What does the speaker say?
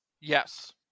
Yes